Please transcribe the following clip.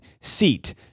seat